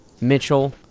mitchell